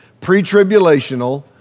pre-tribulational